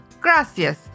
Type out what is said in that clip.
Gracias